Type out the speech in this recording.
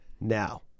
now